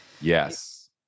Yes